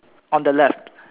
on the left